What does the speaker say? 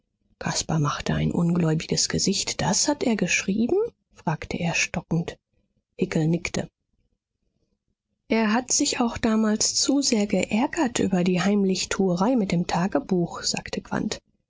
machte ein ungläubiges gesicht das hat er geschrieben fragte er stockend hickel nickte er hat sich auch damals zu sehr geärgert über die heimlichtuerei mit dem tagebuch sagte